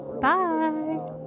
bye